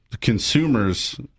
consumer's